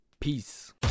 Peace